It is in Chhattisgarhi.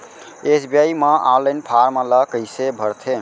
एस.बी.आई म ऑनलाइन फॉर्म ल कइसे भरथे?